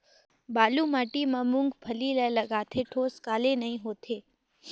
बालू माटी मा मुंगफली ला लगाले ठोस काले नइ होथे?